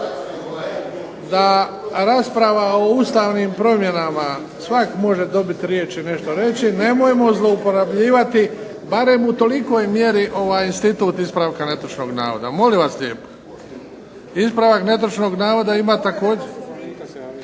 da rasprava o Ustavnim promjenama, svak može dobiti riječ i nešto reći, nemojmo zloupotrebljivati barem u toliko mjeri ovaj institut ispravka netočnog navoda molim vas lijepo. Ispravak netočnog navoda ima također.